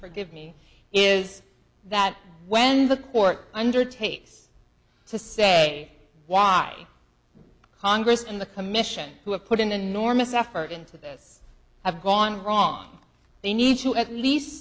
forgive me is that when the court undertakes to say why congress and the commission who have put in an enormous effort into this have gone wrong they need to at least